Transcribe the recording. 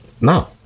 No